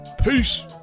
Peace